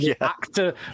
Actor